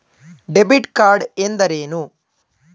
Debit card ಎಂದರೇನು?